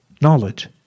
knowledge